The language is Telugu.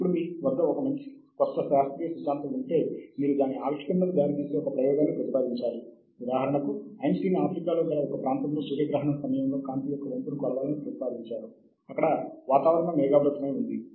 అప్పుడు సహజముగా ఆ జర్నల్ అధికమైన ఇంపాక్ట్ ఫ్యాక్టర్ ని కలిగి ఉంటుంది